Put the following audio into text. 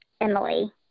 Emily